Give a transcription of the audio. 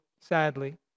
sadly